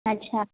अच्छा